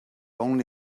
only